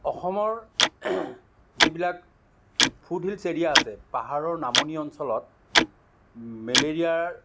অসমৰ যিবিলাক foot hills area আছে পাহাৰৰ নামনি অঞ্চলত মেলেৰিয়াৰ